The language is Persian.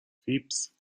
فیبز